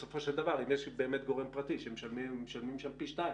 בסופו של דבר אם יש באמת גורם פרטי שמשלמים שם פי שניים,